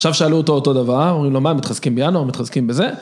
עכשיו שאלו אותו דבר, אומרים לו מה הם מתחזקים בינואר, הם מתחזקים בזה?